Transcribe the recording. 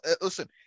listen